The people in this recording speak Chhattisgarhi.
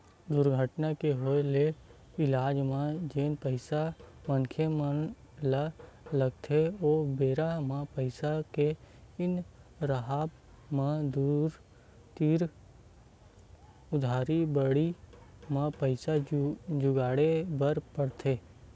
दुरघटना के होय ले इलाज म जेन पइसा मनखे ल लगथे ओ बेरा म पइसा के नइ राहब म दूसर तीर उधारी बाड़ही म पइसा जुगाड़े बर परथे